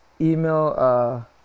Email